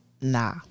Nah